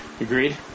Agreed